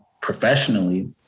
professionally